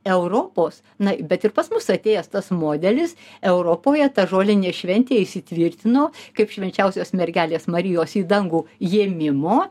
europos na bet ir pas mus atėjęs tas modelis europoje ta žolinė šventė įsitvirtino kaip švenčiausios mergelės marijos į dangų ėmimo